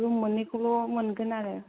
room मोननै खौल' मोनगोन आरो